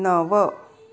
नव